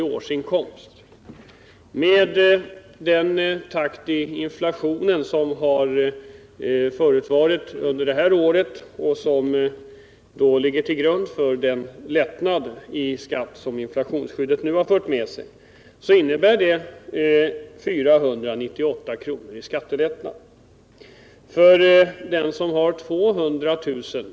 i årsinkomst, med den takt i inflationen som har förevarit under det här året — och som då ligger till grund för den skattelättnad som inflationsskyddet nu har fört med sig — innebär det 498 kr. i skattelättnad. För den som har 200 000 kr.